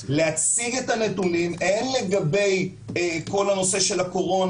להציג את הנתונים הן לגבי כל הנושא של הקורונה,